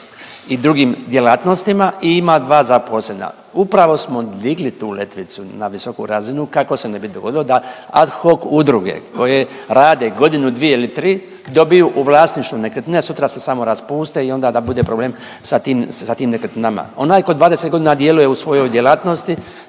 i drugim djelatnostima i ima dva zaposlena. Upravo smo digli tu letvicu na visoku razinu kako se ne bi dogodilo da ad hoc udruge koje rade godinu, dvije ili tri dobiju u vlasništvo nekretnine, sutra se samo raspuste i onda da bude problem sa tim nekretninama. Onaj tko 20 godina djeluje u svojoj djelatnosti